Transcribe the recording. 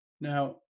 Now